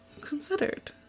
considered